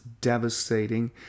devastating